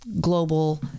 global